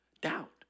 Doubt